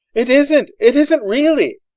it isn't! it isn't really.